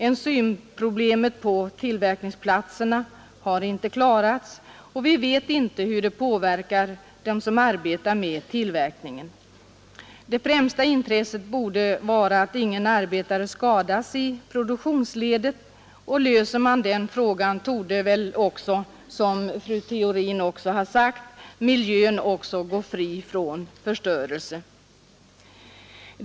Enzymproblemet på tillverkningsplatserna har inte klarats. Vi vet inte hur enzymerna påverkar dem som arbetar med tillverkningen. Det främsta intresset borde vara att ingen arbetare skadas i produktionsledet. Löser man den frågan torde väl också, som fru Theorin sagt, miljön gå fri från förstörelse.